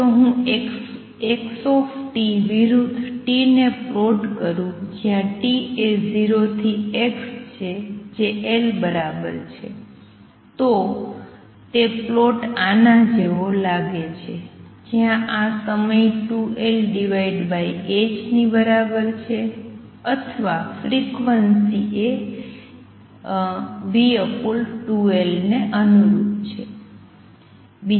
જો હું x વિરુદ્ધ t ને પ્લોટ કરું જ્યાં t એ 0 થી x જે L બરાબર છે તો તે પ્લોટ આના જેવો લાગે છે જ્યાં આ સમય 2L h ની બરાબર છે અથવા ફ્રિક્વન્સી એ v2L ને અનુરૂપ છે